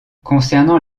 concernant